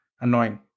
annoying